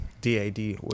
DAD